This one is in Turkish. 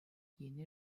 yeni